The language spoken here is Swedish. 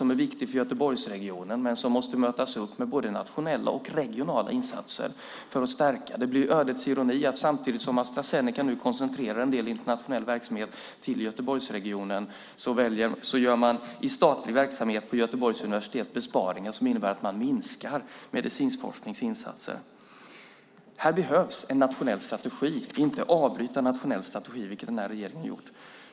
Den är viktig för Göteborgsregionen, men man måste möta upp med både nationella och regionala insatser för att stärka den. Det är en ödets ironi att samtidigt som Astra Zeneca nu koncentrerar en del internationell verksamhet till Göteborgsregionen gör man inom den statliga verksamheten vid Göteborgs universitet besparingar som innebär att man minskar medicinforskningsinsatserna. Här behövs en nationell strategi. Vi kan inte avbryta en nationell strategi, vilket den nuvarande regeringen har gjort.